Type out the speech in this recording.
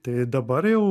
tai dabar jau